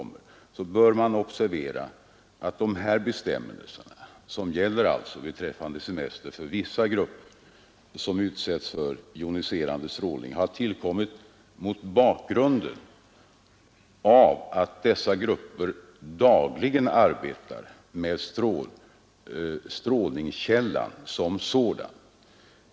Man bör observera att dessa bestämmelser gäller för de grupper i arbetslivet, som dagligen arbetar med strålningskällan som sådan.